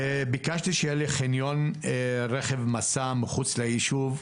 ביקשתי שיהיה לי חניון רכב מסע מחוץ ליישוב.